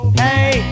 hey